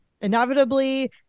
inevitably